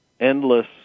endless